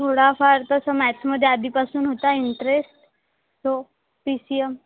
थोडाफार तसं मॅथ्समध्ये आधीपासून होता इंटरेस्ट हो पी सी एम्